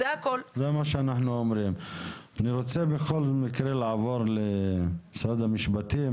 בכל מקרה אני רוצה לעבור למשרד המשפטים